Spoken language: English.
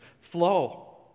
flow